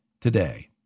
today